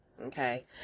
Okay